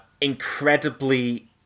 incredibly